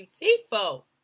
beautiful